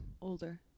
Older